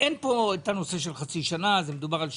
אין פה נושא של חצי שנה; מדובר על שיפוצים.